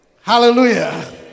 Hallelujah